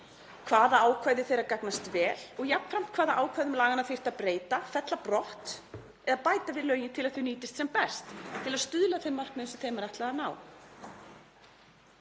hvaða ákvæði þeirra gagnast vel og jafnframt hvaða ákvæðum laganna þyrfti að breyta, fella brott eða bæta við lögin til að þau nýtist sem best til að stuðla að þeim markmiðum sem þeim er ætlað að ná.